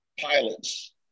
pilots